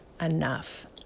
enough